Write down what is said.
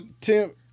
Tim